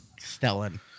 Stellan